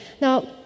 Now